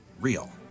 real